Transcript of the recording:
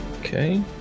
Okay